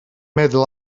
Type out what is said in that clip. meddwl